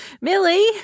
Millie